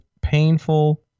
painful